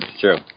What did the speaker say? true